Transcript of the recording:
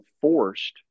forced